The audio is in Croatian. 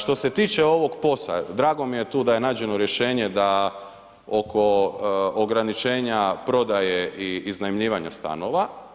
Što se tiče ovog POS-a, drago mi je tu da je nađeno rješenje da oko ograničenja prodaje i iznajmljivanja stanova.